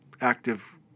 active